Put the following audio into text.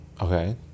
Okay